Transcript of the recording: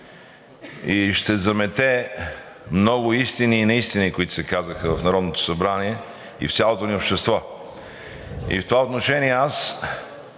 и ще замете много истини и неистини, които се казаха в Народното събрание и в цялото ни общество. В това отношение